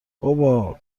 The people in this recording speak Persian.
بابا